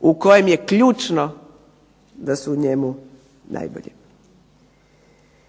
u kojem je ključno da su u njemu najbolji.